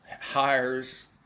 hires